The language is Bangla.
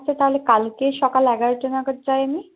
আচ্ছা তাহলে কালকে সকাল এগারোটা নাগাদ যাই আমি